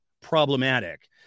problematic